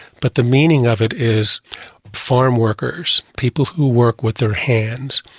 but the meaning of it is farm workers, people who work with their hands.